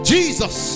Jesus